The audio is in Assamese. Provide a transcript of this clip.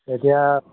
এতিয়া